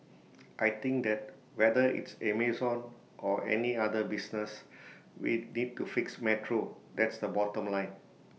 I think that whether it's Amazon or any other business we need to fix metro that's the bottom line